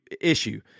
issue